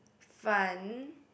fun